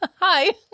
hi